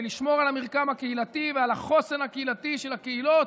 ולשמור על המרקם הקהילתי ועל החוסן הקהילתי של הקהילות.